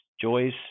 joys